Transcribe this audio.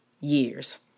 years